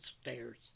stairs